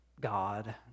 God